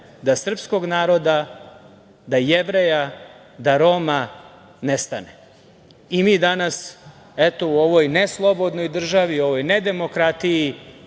da srpskog naroda, da Jevreja, da Roma nestane. Mi danas, eto, u ovoj ne slobodnoj državi, u ovoj nedemokratiji